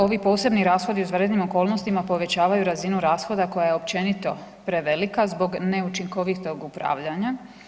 Ovi posebni rashodi u izvanrednim okolnostima, povećavaju razinu rashoda koja je općenito prevelika zbog neučinkovitog upravljanja.